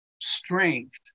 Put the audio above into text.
strength